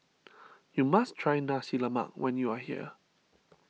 you must try Nasi Lemak when you are here